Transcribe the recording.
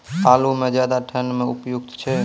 आलू म ज्यादा ठंड म उपयुक्त छै?